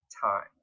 time